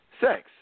sex